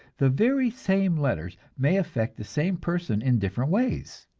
the very same letters may affect the same person in different ways.